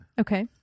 Okay